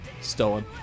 Stolen